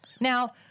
Now